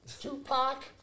Tupac